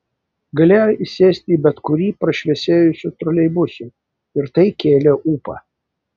galėjo įsėsti į bet kurį prašviesėjusių troleibusų ir tai kėlė ūpą